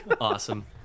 Awesome